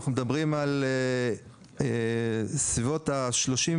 אנחנו מדברים על סביבות ה-32